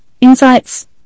insights